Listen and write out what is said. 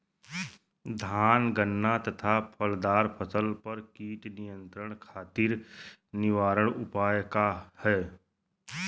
धान गन्ना तथा फलदार फसल पर कीट नियंत्रण खातीर निवारण उपाय का ह?